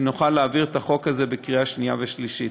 ונוכל להעביר את החוק הזה בקריאה שנייה ושלישית.